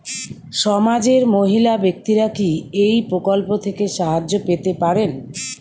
সমাজের মহিলা ব্যাক্তিরা কি এই প্রকল্প থেকে সাহায্য পেতে পারেন?